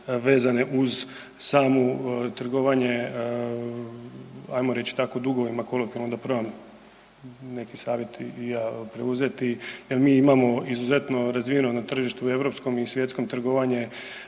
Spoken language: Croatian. vezane uz samu trgovanje ajmo reći tako, dugovima, kolokvijalno da probam neki savjet i ja preuzeti jer mi imamo izuzetno razvijeno na tržištu europskom i svjetskom trgovanje